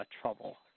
trouble